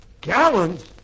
Gallons